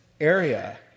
area